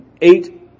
eight